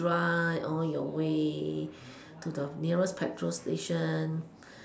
drive all your way to the nearest petrol station